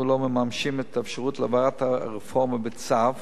לא מממשים את האפשרות להעברת הרפורמה בצו,